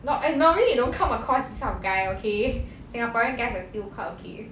not and normally you don't come across this kind of guy okay singaporean guys are still quite okay